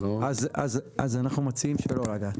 אז אנחנו מציעים שלא לגעת.